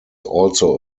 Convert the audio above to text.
also